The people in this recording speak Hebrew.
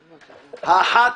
האחת,